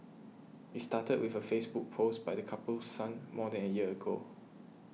it started with a Facebook post by the couple's son more than a year ago